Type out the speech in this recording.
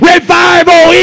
Revival